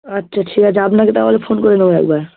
আচ্ছা ঠিক আছে আপনাকে তাহলে ফোন করে নেবো একবার